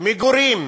מגורים